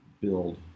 build